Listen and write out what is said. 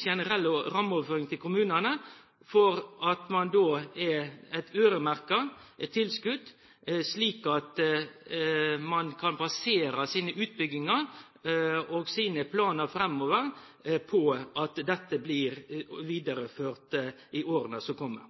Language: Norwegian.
generelle rammeoverføringen til kommunene. Man har da et øremerket tilskudd, slik at man kan basere sine utbygginger og sine planer framover på at dette blir videreført i årene som kommer.